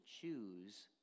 choose